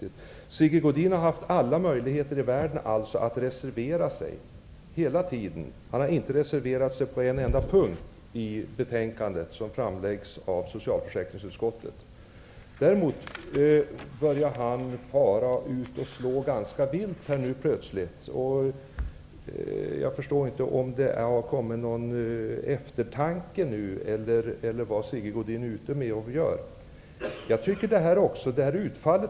Sigge Godin har alltså hela tiden haft alla möjligheter i världen att reservera sig. Men han har inte reserverat sig på en enda punkt i fråga om det betänkande som framläggs av socialförsäkringsutskottet. Däremot börjar han plötsligt så att säga slå ganska vilt här. Jag förstår inte om det beror på något slags eftertanke -- eller vad det nu kan vara som Sigge Godin här gör.